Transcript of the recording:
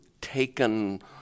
taken